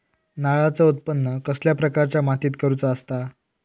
नारळाचा उत्त्पन कसल्या प्रकारच्या मातीत करूचा असता?